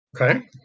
Okay